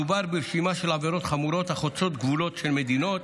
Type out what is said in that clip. מדובר ברשימה של עבירות חמורות החוצות גבולות של מדינות,